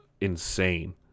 insane